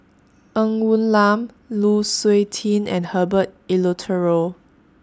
Ng Woon Lam Lu Suitin and Herbert Eleuterio